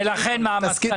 ולכן מה המסקנה?